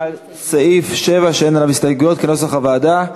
על סעיף 7, שאין עליו הסתייגויות, כנוסח הוועדה.